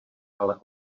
ale